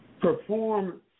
perform